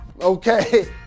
okay